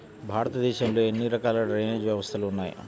భారతదేశంలో ఎన్ని రకాల డ్రైనేజ్ వ్యవస్థలు ఉన్నాయి?